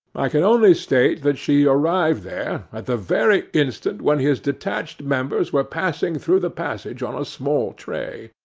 i can only state that she arrived there, at the very instant when his detached members were passing through the passage on a small tray.